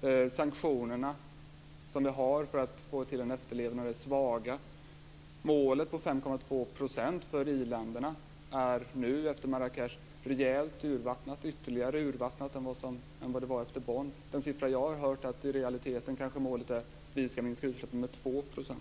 De sanktioner som finns för att få en efterlevnad är svaga. Målet 5,2 % för i-länderna är efter Marrakechmötet rejält urvattnat, ännu mer urvattnat än vad det var efter Bonnmötet. Jag har hört att målet i realiteten kanske är en minskning av utsläppen med 2 %.